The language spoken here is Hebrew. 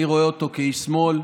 אני רואה אותו כאיש שמאל,